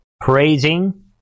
praising